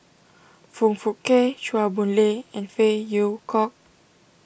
Foong Fook Kay Chua Boon Lay and Phey Yew Kok